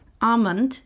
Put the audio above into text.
Almond